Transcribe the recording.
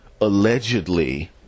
allegedly